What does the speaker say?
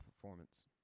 performance